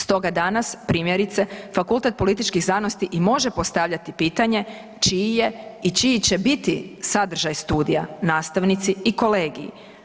Stoga danas primjerice, Fakultet političkih znanosti i može postavljati pitanje, čiji je i čiji će biti sadržaj studija, nastavnici i kolegiji.